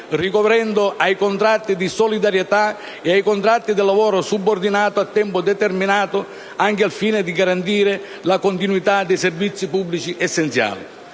ricorrendo ai contratti di solidarietà e ai contratti di lavoro subordinato a tempo determinato, anche al fine di garantire la continuità dei servizi pubblici essenziali.